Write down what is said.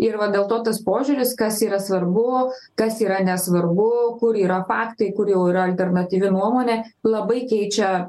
ir va dėl to tas požiūris kas yra svarbu kas yra nesvarbu kur yra faktai kur jau yra alternatyvi nuomonė labai keičia